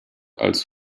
als